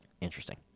Interesting